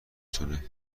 تونه